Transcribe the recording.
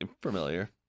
familiar